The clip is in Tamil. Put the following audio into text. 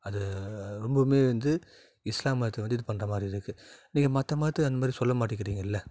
அது ரொம்பவுமே வந்து இஸ்லாம் மதத்தை வந்து இது பண்ணுற மாதிரி இருக்கு நீங்கள் மற்ற மதத்தை அந்த மாதிரி சொல்ல மாட்டிக்கிறீங்கள்ல